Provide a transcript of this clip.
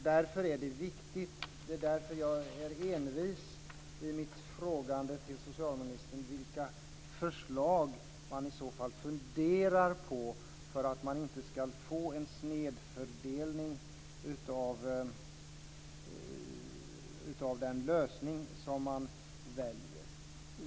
Det är därför som jag envisas med mina frågor till socialministern om vilka förslag man i så fall funderar på för att inte få en snedfördelning beträffande den lösning som väljs.